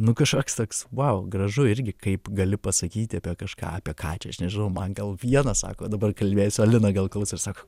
nu kažkoks toks vau gražu irgi kaip gali pasakyti apie kažką apie ką čia aš nežinau man gal vienas sako dabar kalbėsiu alina gal klauso ir sako